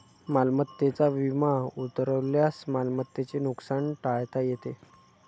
मालमत्तेचा विमा उतरवल्यास मालमत्तेचे नुकसान टाळता येते